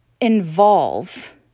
involve